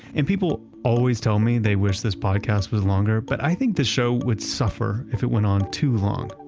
and people always tell me they wish this podcast was longer but i think this show would suffer if it went on too long.